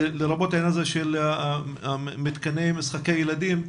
לרבות העניין הזה של מתקני משחק לילדים.